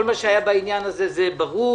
כל מה שהיה בעניין הזה הוא ברור.